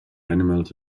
animals